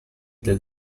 del